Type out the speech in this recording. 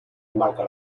marca